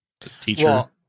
Teacher